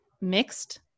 mixed